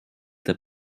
der